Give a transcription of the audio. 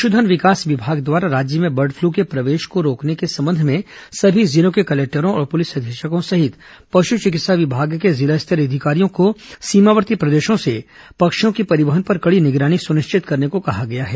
पशुधन विकास विभाग द्वारा राज्य में बर्ड फ्लू के प्रवेश को रोकने के संबंध में सभी जिलों के कलेक्टरों औरं पुलिस अधीक्षकों सहित पशु चिकित्सा विभाग के जिला स्तरीय अधिकारियों को सीमावर्ती प्रदेशों से पक्षियों के परिवहन पर कड़ी निगरानी सुनिश्चित करने को कहा गया है